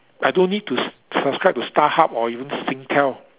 I don't need to s~ subscribe to Starhub or even Singtel